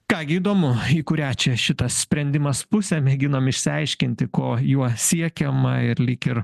ką gi įdomu į kurią čia šitas sprendimas pusę mėginam išsiaiškinti ko juo siekiama ir lyg ir